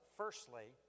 firstly